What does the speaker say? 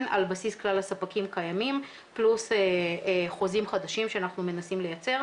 על בסיס כלל הספקים הקיימים פלוס חוזים חדשים שאנחנו מנסים לייצר,